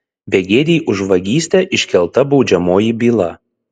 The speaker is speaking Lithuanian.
begėdei už vagystę iškelta baudžiamoji byla